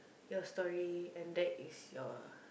your story and that is your